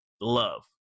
love